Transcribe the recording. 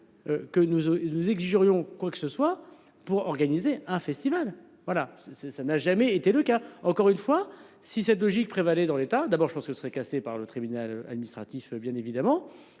on nous exigeons quoi que ce soit pour organiser un festival. Voilà c'est ça n'a jamais été le cas encore une fois si cette logique prévalait dans l'État d'abord, je pense que ce serait cassé par le tribunal administratif, bien évidemment.